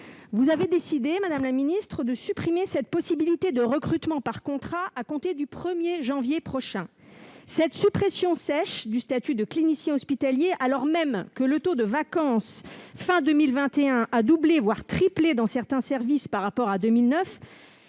a décidé, madame la ministre, de supprimer cette possibilité de recrutement par contrat à compter du 1 janvier prochain. Cette suppression sèche du statut de clinicien hospitalier, alors même que le taux de vacance a doublé, voire triplé, dans certains services à la fin de 2021